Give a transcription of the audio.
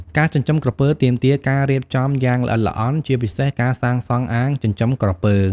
ការចិញ្ចឹមក្រពើទាមទារការរៀបចំយ៉ាងល្អិតល្អន់ ជាពិសេសការសាងសង់អាងចិញ្ចឹមក្រពើ។